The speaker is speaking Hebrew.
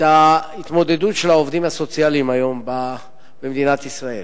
את התמודדות העובדים הסוציאליים היום במדינת ישראל.